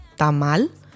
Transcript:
tamal